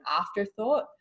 afterthought